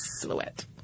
silhouette